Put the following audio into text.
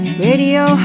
radio